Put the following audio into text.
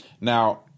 now